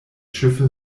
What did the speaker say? schiffe